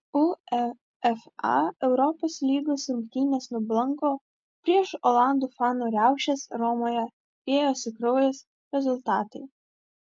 uefa europos lygos rungtynės nublanko prieš olandų fanų riaušes romoje liejosi kraujas rezultatai